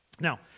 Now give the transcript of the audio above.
Now